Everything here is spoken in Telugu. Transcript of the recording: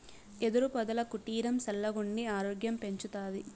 యెదురు పొదల కుటీరం సల్లగుండి ఆరోగ్యం పెంచతాది